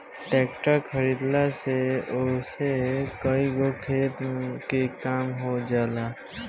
tractor खरीदला से ओसे कईगो खेती के काम हो जाला